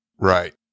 Right